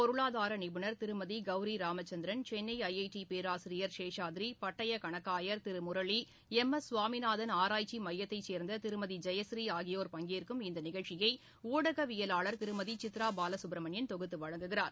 பொருளாதார நிபுணர் திருமதி Gowri Ramachandran Chennai I I T பேராசிரியர் ஷேஸாத்ரி பட்டய கணக்காயர் திரு முரளி எம் எஸ் சுவாமிநாதன் ஆராய்ச்சி மையத்தைச் சேர்ந்த திருமதி ஜெயஸ்ரீ ஆகியோர் பங்கேற்கும் இந்த நிகழ்ச்சியை ஊடகவியலாளர் திருமதி சித்ரா பாலசுப்ரமணியன் தொகுத்து வழங்குகிறார்